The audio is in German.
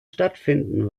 stattfinden